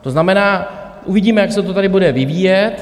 To znamená, uvidíme, jak se to tady bude vyvíjet.